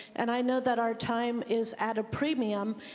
and i know that our time is at a premium.